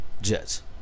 Jets